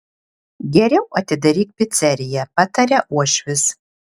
geriau atidaryk piceriją pataria uošvis